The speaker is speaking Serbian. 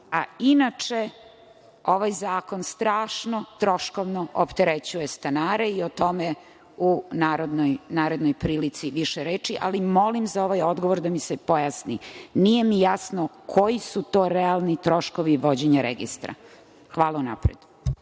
mesto. Inače, ovaj zakon strašno troškovno opterećuje stanare i o tome u narednoj prilici više reči. Ali, molim za ovaj odgovor, da mi se pojasni, nije mi jasno koji su to realni troškovi vođenja registra. Hvala unapred.